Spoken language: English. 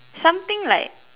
something like